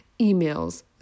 Emails